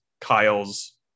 Kyle's